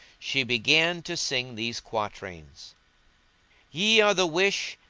she began to sing these quatrains ye are the wish,